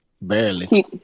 Barely